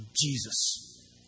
Jesus